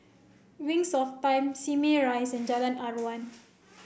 Wings of Time Simei Rise and Jalan Aruan